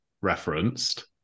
referenced